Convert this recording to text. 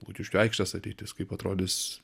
lukiškių aikštės ateitis kaip atrodys